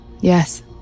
Yes